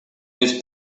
his